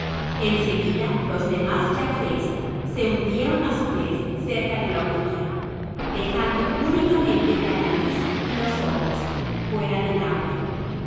seguida los demás yacarés se hundieron a su vez cerca de la orilla dejando únicamente la nariz y los ojos fuera del agua el